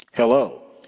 Hello